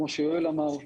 כמו שיואל אמר,